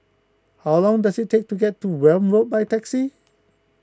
how long does it take to get to Welm Road by taxi